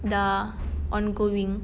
sudah ongoing